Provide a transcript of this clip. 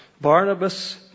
Barnabas